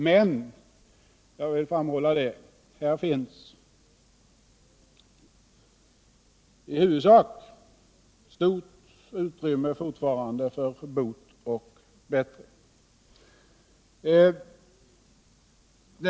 Men jag vill framhålla att det fortfarande i huvudsak finns stort utrymme för bot och bättring.